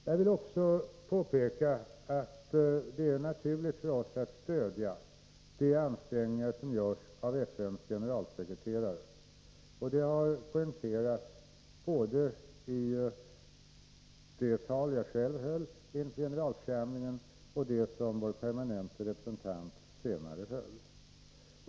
Jag vill också påpeka att det är naturligt för oss att stödja de ansträngningar som görs av FN:s generalsekreterare. Det har poängterats både i det tal som | jag själv höll inför generalförsamlingen och i det tal som vår permanente representant senare höll.